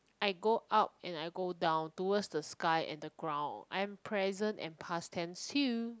I go out and I go down towards the sky and the ground I am present and past tense too